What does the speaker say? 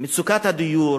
מצוקת הדיור,